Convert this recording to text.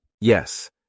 Yes